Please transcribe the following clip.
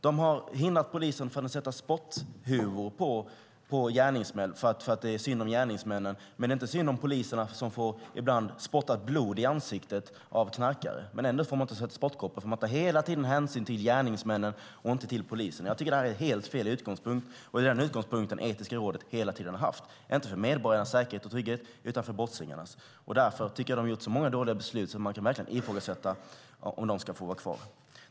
Det har hindrat polisen från att sätta spotthuvor på gärningsmän för att det är synd om gärningsmännen. Men det är tydligen inte synd om poliserna, som ibland får blod spottat i ansiktet av knarkare. Ändå får polisen inte sätta spotthuvor på dem, för man tar hela tiden hänsyn till gärningsmännen och inte till polisen. Jag tycker att det är helt fel utgångspunkt, och det är denna utgångspunkt som Etiska rådet hela tiden har haft - inte för medborgarnas säkerhet och trygghet utan för brottslingarnas. Jag tycker att rådet har fattat så många dåliga beslut att man verkligen kan ifrågasätta om det ska få vara kvar.